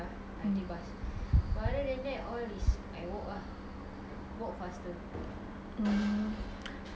hmm but okay lah at least you with your nenek is it then you got friend then you can talk talk like that